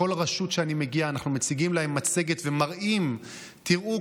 בכל רשות שאני מגיע אנחנו מציגים להם מצגת ומראים שכשאנחנו